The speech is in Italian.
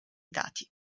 dati